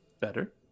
Better